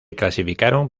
clasificaron